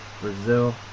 Brazil